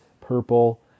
purple